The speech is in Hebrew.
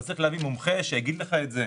אתה צריך להביא מומחה שיגיד לך את זה.